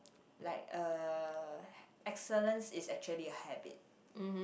like uh excellence is actually a habit